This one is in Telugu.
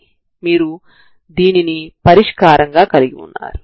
దీనిని చేయాలంటే t 0నుండి t0 వరకు ఉండాలి